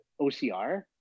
OCR